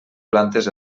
plantes